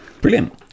Brilliant